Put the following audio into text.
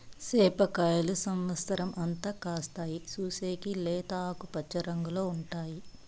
సేప కాయలు సమత్సరం అంతా కాస్తాయి, చూసేకి లేత ఆకుపచ్చ రంగులో ఉంటాయి